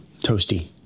toasty